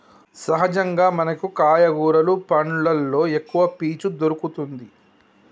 సహజంగా మనకు కాయ కూరలు పండ్లు ఎక్కవ పీచు దొరుకతది